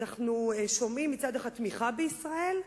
אנחנו שומעים מצד אחד תמיכה בישראל,